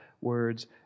words